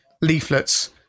leaflets